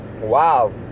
Wow